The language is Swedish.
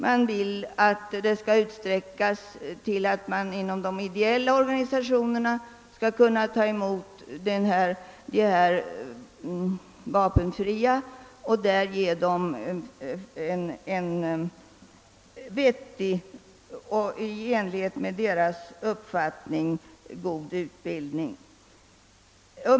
Man vill vidare ge de ideella organisationerna möjlighet att ta emot de vapenfria och ge dem en vettig och enligt deras uppfattning god utbildning.